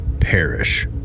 perish